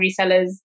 resellers